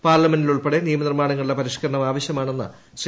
പാർലമെന്റിലുൾപ്പെടെ നിയമനിർമ്മാണങ്ങളുടെ പരിഷ്ക്കരണം ആവശ്യമാണെന്ന് ശ്രീ